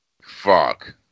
Fuck